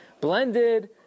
blended